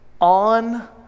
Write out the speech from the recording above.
on